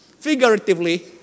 figuratively